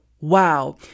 Wow